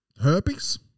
Herpes